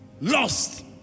Lost